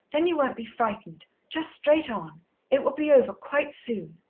then you won't be frightened. just straight on it will be over quite soon